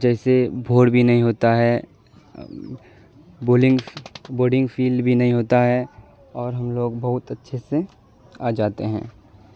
جیسے بور بھی نہیں ہوتا ہے بولنگ بوڈنگ فیلڈ بھی نہیں ہوتا ہے اور ہم لوگ بہت اچھے سے آ جاتے ہیں